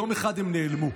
יום אחד הם נעלמו.